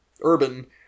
urban